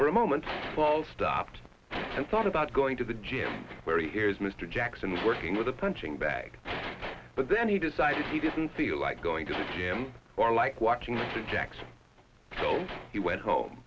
for a moment stopped and thought about going to the gym where he hears mr jackson working with a punching bag but then he decided he didn't feel like going to gym for like watching projects he went home